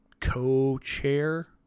co-chair